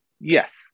Yes